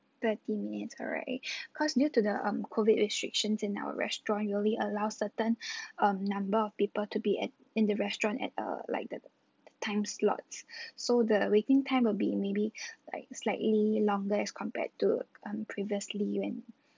thirty minutes alright because due to the um COVID restrictions in our restaurant we only allow certain um number of people to be at in the restaurant at uh like the time slots so the waiting time will be maybe like slightly longer as compared to um previously when